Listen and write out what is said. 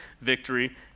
victory